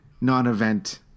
non-event